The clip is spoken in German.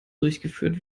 durchgeführt